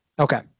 Okay